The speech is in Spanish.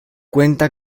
cuenta